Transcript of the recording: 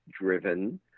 driven